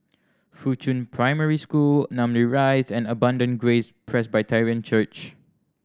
Fuchun Primary School Namly Rise and Abundant Grace Presbyterian Church